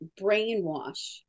brainwash